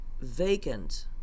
vacant